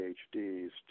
PhDs